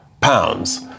pounds